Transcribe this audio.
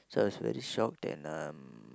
so I was very shocked then um